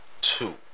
two